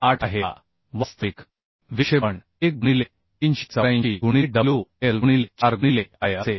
78 आहे आता वास्तविक विक्षेपण 1 गुणिले 384 गुणिलेwL गुणिले 4 गुणिले EI असेल